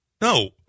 No